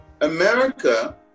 America